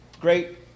great